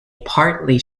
partly